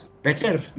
Better